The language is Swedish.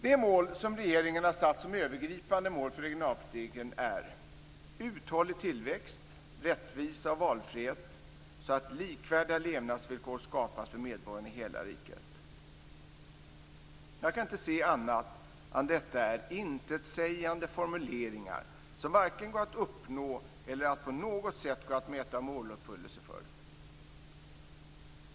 De mål som regeringen har satt som övergripande mål för regionalpolitiken är uthållig tillväxt och rättvisa och valfrihet så att likvärdiga levnadsvillkor skapas för medborgarna i hela riket. Jag kan inte se annat än att detta är intetsägande formuleringar som varken går att uppnå eller på något sätt går att mäta måluppfyllelse för.